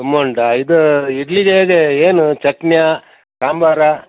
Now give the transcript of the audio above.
ತುಂಬ ಉಂಟಾ ಇದು ಇಡ್ಲಿಗೆ ಹೇಗೆ ಏನು ಚಟ್ನಿಯ ಸಾಂಬಾರಾ